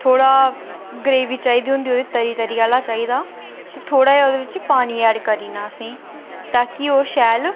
थोह्ड़ा गरेबी बी चाहिदी होंदी ओह्दी तरी तरी आह्ला चाहिदा थोह्ड़ा जेहा ओह्दे च पानी एड करी ओड़ना असें ताकि ओह् शैल